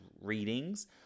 readings